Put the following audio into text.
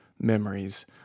memories